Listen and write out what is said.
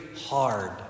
hard